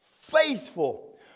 faithful